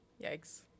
yikes